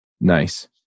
Nice